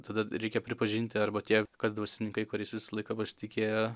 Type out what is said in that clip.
tada reikia pripažinti arba tie kad dvasininkai kuriais visą laiką pasitikėjo